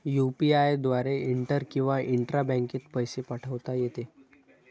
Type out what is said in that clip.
UPI द्वारे inter किंवा intra बँकेत पैसे पाठवता येते